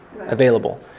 available